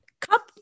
cup